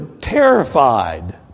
terrified